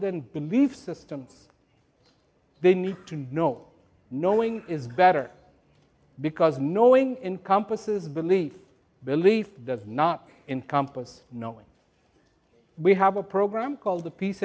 than belief system they need to know knowing is better because knowing encompasses belief belief does not encompass knowing we have a program called the peace